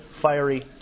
fiery